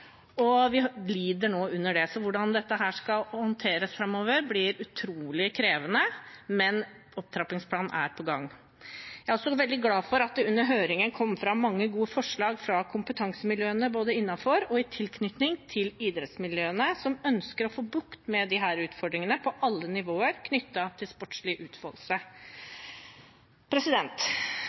og vi lider nå under det. Når det gjelder hvordan dette skal håndteres framover, blir det utrolig krevende, men opptrappingsplanen er på gang. Jeg er også veldig glad for at det under høringen kom fram mange gode forslag fra kompetansemiljøene både innenfor og i tilknytning til idrettsmiljøene, som ønsker å få bukt med disse utfordringene på alle nivåer knyttet til sportslig utfoldelse.